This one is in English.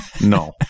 no